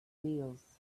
veils